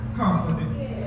confidence